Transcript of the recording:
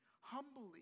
humbly